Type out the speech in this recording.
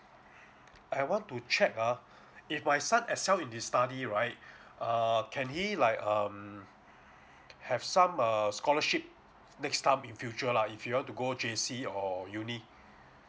I want to check ah if my son excel in his study right err can he like um have some err scholarship next time in future lah if he want to go J_C or uni